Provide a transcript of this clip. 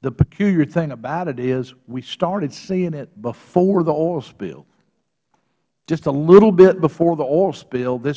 the peculiar thing about it is we started seeing it before the oil spill just a little bit before the oil spill this